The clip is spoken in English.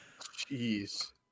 Jeez